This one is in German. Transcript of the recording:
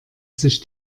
sich